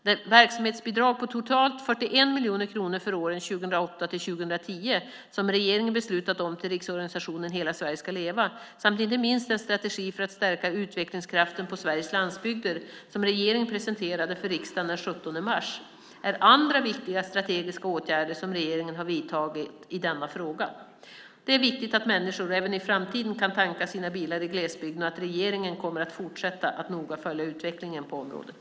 Det verksamhetsbidrag på totalt 41 miljoner för åren 2008-2010 som regeringen har beslutat om till Riksorganisationen Hela Sverige ska leva, samt inte minst den strategi för att stärka utvecklingskraften på Sveriges landsbygder som regeringen presenterade för riksdagen den 17 mars är andra viktiga strategiska åtgärder som regeringen har vidtagit i denna fråga. Det är viktigt att människor även i framtiden kan tanka sina bilar i glesbygden, och regeringen kommer fortsatt att noga följa utvecklingen på området.